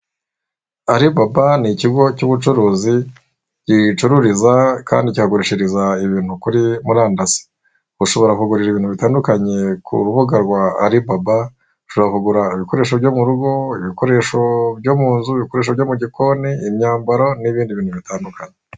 Alibaba ni ikigo cy'ubucuruzi gicururiza kandi kikagurishiriza ibintu kuri murandasi, ushobora kugura ibintu bitandukanye ku rubuga rwa Alibaba, ushobora kugura ibikoresho byo mu rugo, ibikoresho byo mu nzu, ibikoresho byo mu gikoni, imyambaro, n'ibindi bintu bitandukanye.